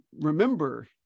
remember